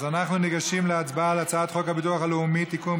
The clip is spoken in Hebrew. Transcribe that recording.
אז אנחנו ניגשים להצבעה על הצעת חוק הביטוח הלאומי (תיקון,